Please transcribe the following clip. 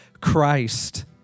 Christ